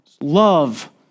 love